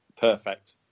perfect